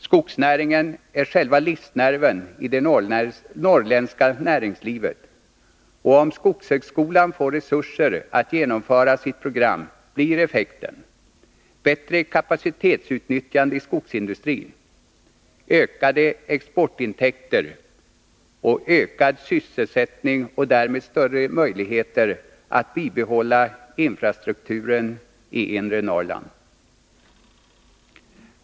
Skogsnäringen är själva livsnerven i det norrländska näringslivet, och om skogshögskolan får resurser att genomföra sitt program blir effekten ökade exportintäkter och ökad sysselsättning och därmed större möjligheter att bibehålla infrastrukturen i inre Norrland.